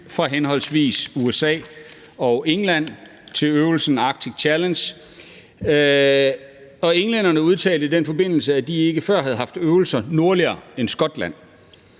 fra henholdsvis USA og England til øvelsen »Arctic Challenge«, og englænderne udtalte i den forbindelse, at de ikke før havde haft øvelser nordligere end Skotland.